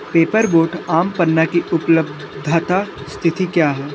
Paper Boat aam panna की उपलब्धता स्थिति क्या है